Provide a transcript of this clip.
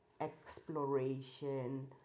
exploration